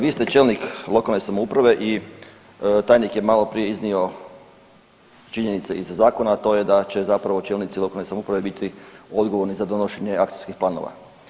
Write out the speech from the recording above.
Vi ste čelnik lokalne samouprave i tajnik je maloprije iznio činjenice iz Zakona, a to je da će zapravo čelnici lokalne samouprave biti odgovorni za donošenje akcijskih planova.